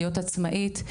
להיות עצמאית,